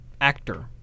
actor